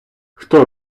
хто